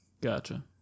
Gotcha